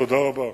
תודה רבה.